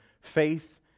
faith